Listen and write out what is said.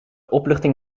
opluchting